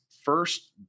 first